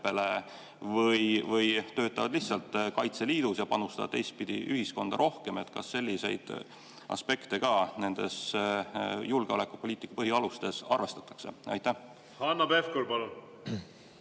või töötavad lihtsalt Kaitseliidus, ja panustada teistpidi ühiskonda rohkem. Kas selliseid aspekte ka nendes julgeolekupoliitika põhialustes arvestatakse? Hanno Pevkur, palun!